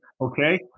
okay